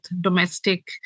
domestic